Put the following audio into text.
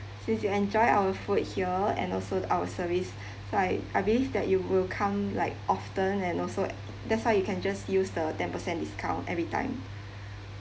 since you enjoy our food here and also our service so I I believe that you will come like often and also that's how you can just use the ten percent discount every time